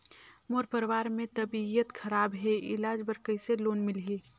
मोर परवार मे तबियत खराब हे इलाज बर कइसे लोन मिलही?